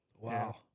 wow